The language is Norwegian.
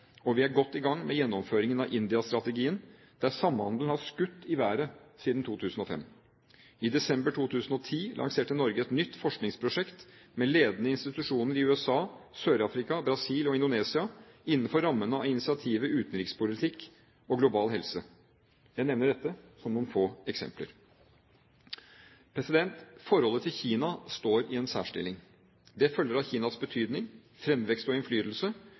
og vi er godt i gang med gjennomføringen av India-strategien, der samhandelen har skutt i været siden 2005. I desember 2010 lanserte Norge et nytt forskningsprosjekt med ledende institusjoner i USA, Sør-Afrika, Brasil og Indonesia innenfor rammen av initiativet utenrikspolitikk og global helse. Jeg nevner dette som noen få eksempler. Forholdet til Kina står i en særstilling. Det følger av Kinas betydning, fremvekst og innflytelse,